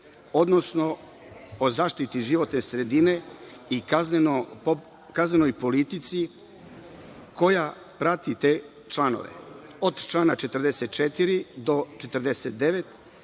odnosno o zaštiti životne sredine i kaznenoj politici koja prati te članove, od člana 44. do 49,